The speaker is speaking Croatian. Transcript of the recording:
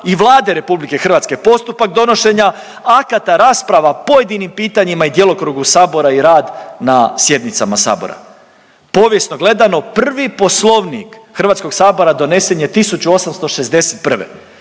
i Vlade RH, postupak donošenja akta, rasprava o pojedinim pitanjima i djelokrugu sabora i rad na sjednicama sabora. Povijesno gledano prvi Poslovnik HS donesen je 1861.,